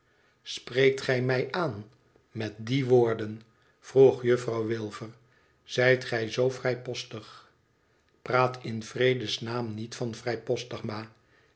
spreekt gij wit aan met die woorden vroeg juffrouw wilfef zijt gij zoo vrijpostig praat in vredes naam niet van vrijpostig ma